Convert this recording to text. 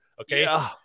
Okay